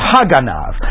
Haganav